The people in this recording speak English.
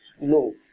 No